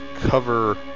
cover